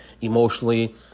emotionally